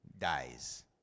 dies